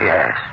Yes